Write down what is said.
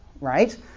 right